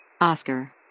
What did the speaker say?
Oscar